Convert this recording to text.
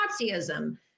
Nazism